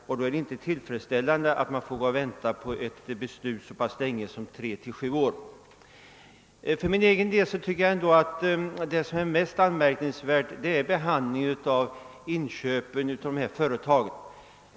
Det är då inte tillfredsställande att man får vänta på ett beslut så länge som tre till sju år. För min del anser jag ändå att det mest anmärkningsvärda i detta sammanhang är behandlingen av förfaringssättet vid inköpen av vissa företag.